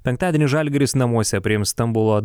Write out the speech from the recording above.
penktadienį žalgiris namuose priims stambulo